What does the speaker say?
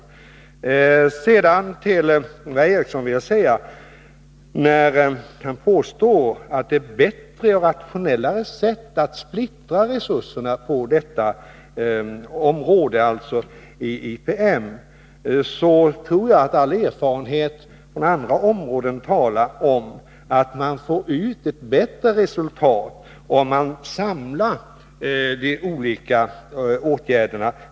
Ingvar Eriksson påstår att det är bättre och mera rationellt att splittra resurserna till IPM. Jag tror att all erfarenhet från andra områden talar för att man får ut ett bättre resultat om man samlar de olika åtgärderna.